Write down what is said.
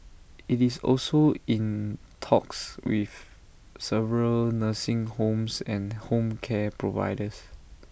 IT is also in talks with several nursing homes and home care providers